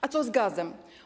A co z gazem?